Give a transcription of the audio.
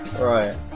Right